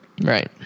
Right